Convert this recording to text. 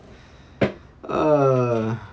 uh